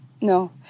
No